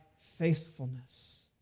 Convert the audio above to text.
faithfulness